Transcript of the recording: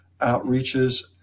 outreaches